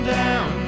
down